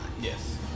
Yes